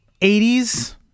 80s